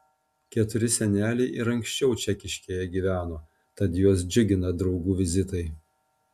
keturi seneliai ir anksčiau čekiškėje gyveno tad juos džiugina draugų vizitai